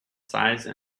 size